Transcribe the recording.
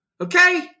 Okay